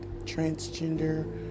transgender